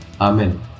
Amen